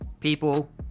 people